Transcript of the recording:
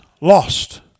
lost